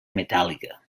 metàl·lica